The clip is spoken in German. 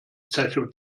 zeche